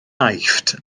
aifft